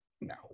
No